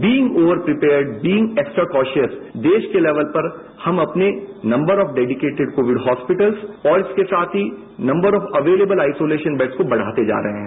being over prepared being extra cautious देश के level पर हम अपने number of dedicated COVID hospital और इसके साथ ही number of available isolation beds को बढ़ाते जा रहे हैं